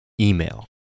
Email